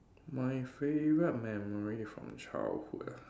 my favorite memory from childhood ah